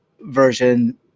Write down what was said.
version